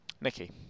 Nicky